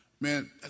man